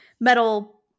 metal